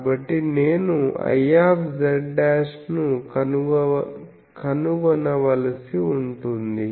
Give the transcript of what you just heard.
కాబట్టి నేను Iz ను కనుగొనవలసి ఉంటుంది